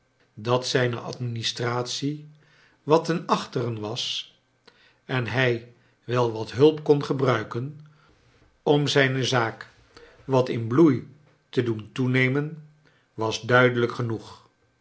dat zijne administratie wat ten achteren was en hij wel wat hulp kon gebruiken om zijne zaak wat in bloei te doen toenemen was duidelijk genoeg